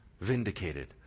vindicated